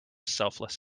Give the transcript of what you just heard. selfless